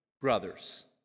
brothers